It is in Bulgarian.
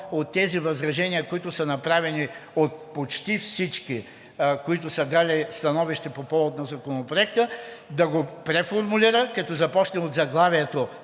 от тези възражения, които са направени от почти всички, които са дали становище по повод на Законопроекта, да го преформулират, като започнем от заглавието